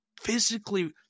physically